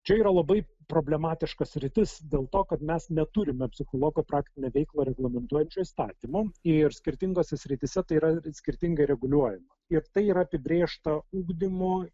čia yra labai problematiška sritis dėl to kad mes neturime psichologo praktinę veiklą reglamentuojančio įstatymo ir skirtingose srityse tai yra skirtingai reguliuojama ir tai yra apibrėžta ugdymo